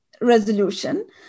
resolution